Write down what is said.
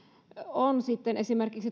on esimerkiksi